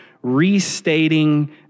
restating